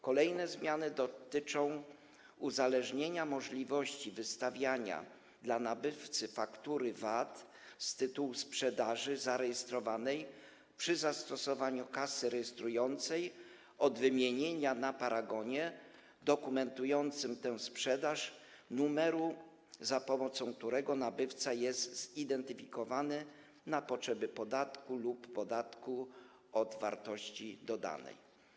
Kolejne zmiany dotyczą uzależnienia możliwości wystawiania dla nabywcy faktury VAT z tytułu sprzedaży zarejestrowanej przy zastosowaniu kasy rejestrującej od wymienienia na paragonie dokumentującym tę sprzedaż numeru, za pomocą którego nabywca jest zidentyfikowany na potrzeby podatku lub podatku od wartości dodanej.